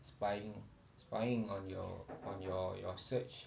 spying spying on your on your your search